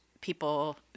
people